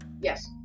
Yes